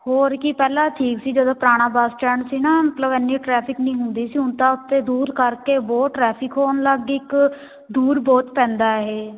ਹੋਰ ਕੀ ਪਹਿਲਾਂ ਠੀਕ ਸੀ ਜਦੋਂ ਪੁਰਾਣਾ ਬੱਸ ਸਟੈਂਡ ਸੀ ਨਾ ਮਤਲਬ ਇੰਨੀ ਟਰੈਫਿਕ ਨਹੀਂ ਹੁੰਦੀ ਸੀ ਹੁਣ ਤਾਂ ਉੱਥੇ ਦੂਰ ਕਰਕੇ ਬਹੁਤ ਟਰੈਫਿਕ ਹੋਣ ਲੱਗ ਗਈ ਇੱਕ ਦੂਰ ਬਹੁਤ ਪੈਂਦਾ ਇਹ